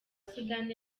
sudani